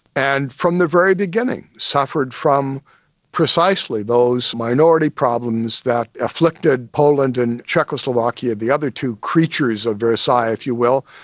and from the very beginning, suffered from precisely those minority problems that afflicted poland and czechoslovakia, the other two creatures of versailles if you will,